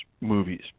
movies